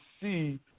see